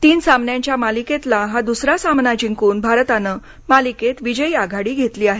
तीन सामन्यांच्या मालिकेतला हा दुसरा सामना जिंकून भारताने मालिकेत विजयी आघाडी घेतली आहे